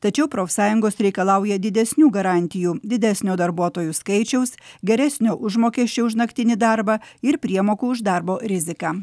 tačiau profsąjungos reikalauja didesnių garantijų didesnio darbuotojų skaičiaus geresnio užmokesčio už naktinį darbą ir priemokų už darbo riziką